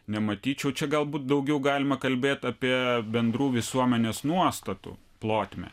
nematyčiau čia galbūt daugiau galima kalbėt apie bendrų visuomenės nuostatų plotmę